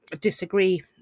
disagree